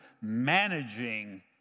managing